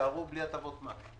יישארו בלי הטבות מס.